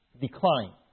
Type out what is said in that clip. decline